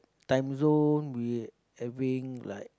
time-zone we having like